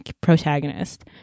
protagonist